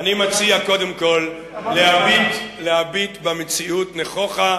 אני מציע קודם כול להביט במציאות נכוחה,